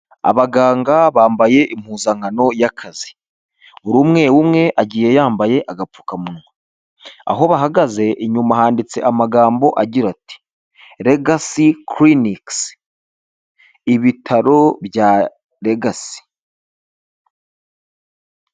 Abaganga bambaye impuzankano y'akazi, buri umwe umwe agiye yambaye agapfukamunwa, aho bahagaze inyuma handitse amagambo agira ati "Legacy Clinics." ibitaro bya Legacy.